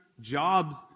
jobs